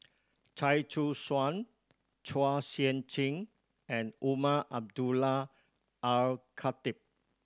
Chia Choo Suan Chua Sian Chin and Umar Abdullah Al Khatib